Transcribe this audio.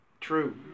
True